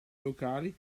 locali